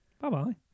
Bye-bye